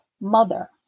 mother